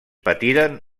patiren